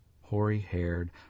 hoary-haired